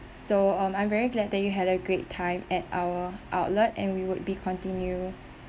so um I'm very glad that you had a great time at our outlet and we would be continue